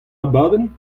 abadenn